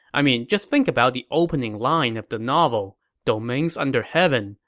i mean, just think about the opening line of the novel domains under heaven,